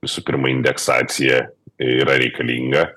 visų pirma indeksacija yra reikalinga